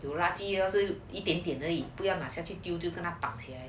有垃圾一点点而已不要马上去丢就跟他绑起来